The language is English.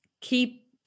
keep